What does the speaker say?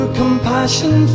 compassion